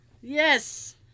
Yes